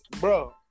bro